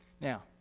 Now